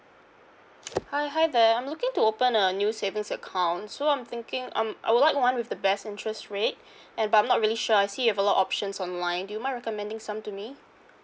hi hi there I'm looking to open a new savings account so I'm thinking um I would like one with the best interest rate and but I'm not really sure I see you've a lot options online do you mind recommending some to me